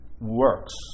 works